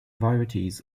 varieties